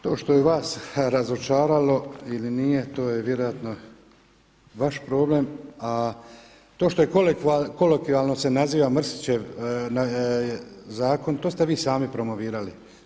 To što je vas razočaralo ili nije to je vjerojatno vaš problem, a to što se kolokvijalno naziva Mrsićev zakon to ste vi sami promovirali.